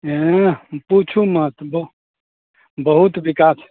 एँह पूछू मत बहु बहुत बिकास